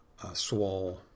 swall